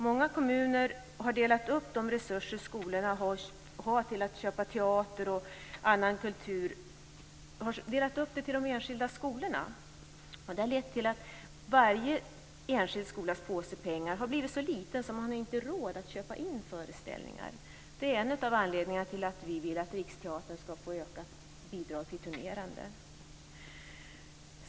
Många kommuner har delat upp de resurser som skolorna har för att köpa teater och annan kultur på de enskilda skolorna. Det har lett till att varje enskild skolas påse med pengar har blivit så liten att man inte har råd att köpa in föreställningar. Det är en av anledningarna till att vi vill att Riksteatern ska få ökat bidrag till turnerande.